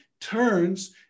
turns